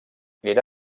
era